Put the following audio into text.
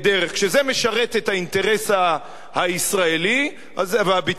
כשזה משרת את האינטרס הישראלי הביטחוני,